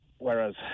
Whereas